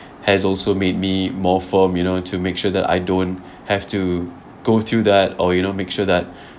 has also made me more firm you know to make sure that I don't have to go through that or you know make sure that